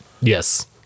yes